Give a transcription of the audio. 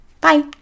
Bye